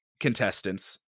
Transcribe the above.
Contestants